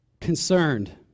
concerned